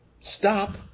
Stop